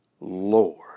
Lord